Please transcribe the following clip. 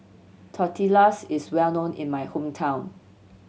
Tortillas is well known in my hometown